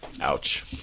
Ouch